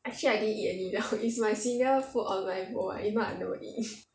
actually I didn't eat until 料 is my senior put on my bowl if not I never eat